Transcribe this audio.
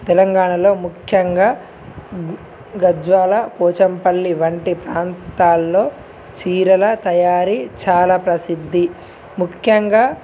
తెలంగాణలో ముఖ్యంగా గద్వాల పోచంపల్లి వంటి ప్రాంతాల్లో చీరల తయారీ చాలా ప్రసిద్ధి ముఖ్యంగా